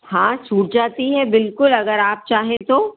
हाँ छूट जाती हैं बिल्कुल अगर आप चाहें तो